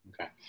Okay